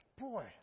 boy